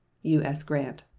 u s. grant.